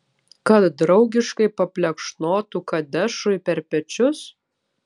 kad draugiškai paplekšnotų kadešui per pečius